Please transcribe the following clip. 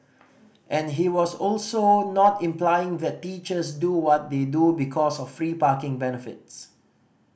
and he was also not implying that teachers do what they do because of free parking benefits